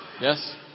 Yes